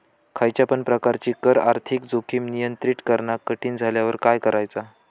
खयच्या पण प्रकारची कर आर्थिक जोखीम नियंत्रित करणा कठीण झाल्यावर काय करायचा?